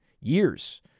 years